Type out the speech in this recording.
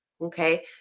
okay